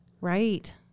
Right